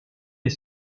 est